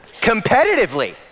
Competitively